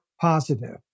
positive